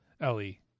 Ellie